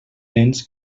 nens